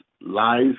life